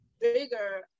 bigger